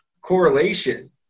correlation